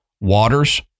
waters